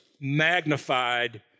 magnified